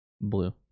Blue